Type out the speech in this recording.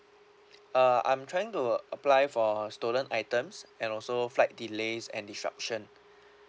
uh I'm trying to apply for stolen items and also flight delays and disruption